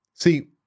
See